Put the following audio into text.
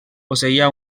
posseïa